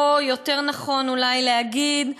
או יותר נכון אולי להגיד,